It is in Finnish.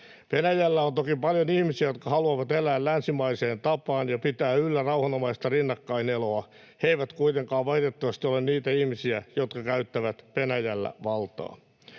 Venäjällä on toki paljon ihmisiä, jotka haluavat elää länsimaiseen tapaan ja pitää yllä rauhanomaista rinnakkaineloa. He eivät kuitenkaan valitettavasti ole niitä ihmisiä, jotka käyttävät Venäjällä valtaa.